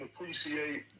appreciate